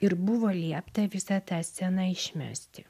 ir buvo liepta visą tą sceną išmesti